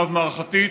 רב-מערכתית.